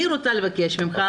אני רוצה לבקש ממך,